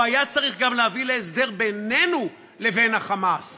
הוא היה צריך גם להביא להסדר בינינו לבין ה"חמאס".